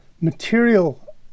material